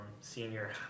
senior